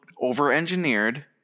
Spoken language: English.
over-engineered